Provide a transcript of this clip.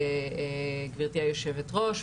גברתי היושבת-ראש,